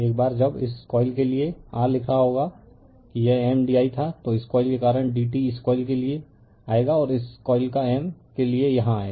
एक बार जब इस कॉइल के लिए r लिख रहा होगा कि यह M di था तो इस कॉइल के कारण dt इस कॉइल के लिए आएगा और इस कॉइल का M के लिए यहां आएगा